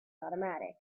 automatic